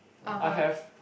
I have